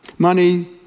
Money